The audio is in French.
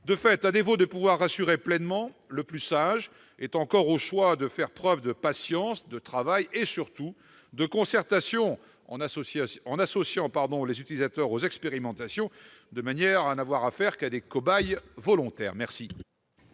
De fait, à défaut de pouvoir rassurer pleinement, le plus sage serait encore de faire preuve de patience, de travail et surtout de concertation en associant les utilisateurs aux expérimentations, de manière à n'avoir affaire qu'à des cobayes volontaires. Quel